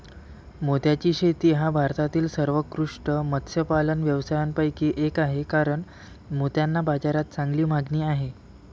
मोत्याची शेती हा भारतातील सर्वोत्कृष्ट मत्स्यपालन व्यवसायांपैकी एक आहे कारण मोत्यांना बाजारात चांगली मागणी आहे